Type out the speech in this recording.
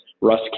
Russ